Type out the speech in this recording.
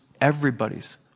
everybody's